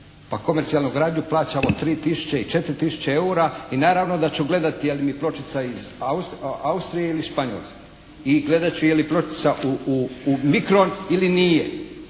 Pa komercijalnu izgradnju plaćamo 3 tisuće i 4 tisuće eura i naravno da ću gledati je li mi pločica iz Austrije ili Španjolske i gledat ću je li pločica u mikron ili nije